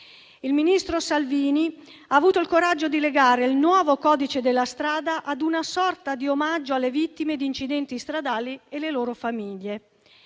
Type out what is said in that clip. Il ministro Salvini ha avuto il coraggio di legare il nuovo codice della strada ad una sorta di omaggio alle vittime di incidenti stradali e alle loro famiglie.